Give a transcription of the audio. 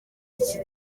iki